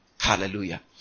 hallelujah